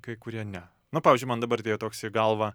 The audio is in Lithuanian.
kai kurie ne nu pavyzdžiui man dabar atėjo toks į galvą